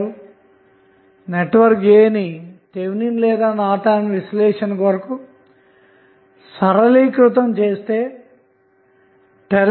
కాబట్టి network A ను Thevenin లేదా నార్టన్ విశ్లేషణ కొరకు సరళీకృతం చేసాము